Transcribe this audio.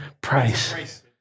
Price